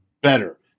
better